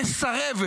מסרבת